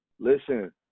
Listen